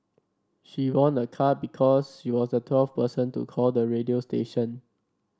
she won a car because she was the twelfth person to call the radio station